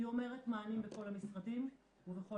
היא אומרת מענים בכל המשרדים ובכל